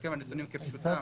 כשמסתכלים על הנתונים כפשוטם,